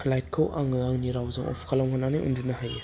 लाइटखौ आङो आंनि रावजों अफ खालामहरनानै उन्दुनो हायो